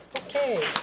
okay.